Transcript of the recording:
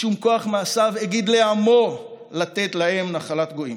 משום 'כֹח מעשיו הגיד לעמו, לתת להם נחלת גויִם',